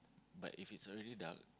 but if it's already dark